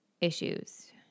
issues